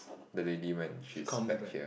the lady when she is back here